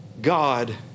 God